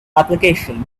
application